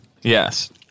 Yes